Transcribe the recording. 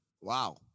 wow